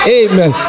amen